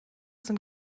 sind